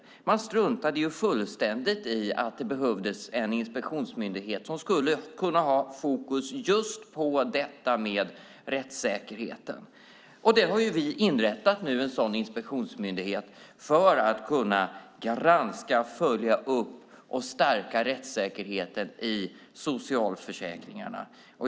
De struntade ju fullständigt i att det behövdes en inspektionsmyndighet som skulle kunna ha fokus just på detta med rättssäkerheten. Vi har nu inrättat en sådan inspektionsmyndighet för att kunna granska, följa upp och stärka rättssäkerheten i socialförsäkringarna.